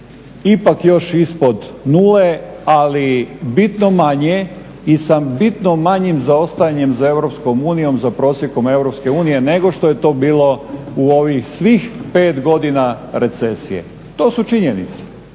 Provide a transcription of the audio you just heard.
ipak još ispod nule ali bitno manje i sa bitno manjim zaostajanjem za EU za prosjekom EU nego što je to bilo u ovih svih 5 godina recesije. To su činjenice.